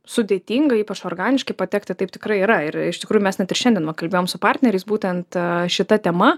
sudėtinga ypač organiškai patekti taip tikrai yra ir iš tikrųjų mes net ir šiandien va kalbėjom su partneriais būtent šita tema